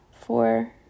four